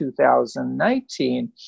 2019